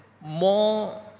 more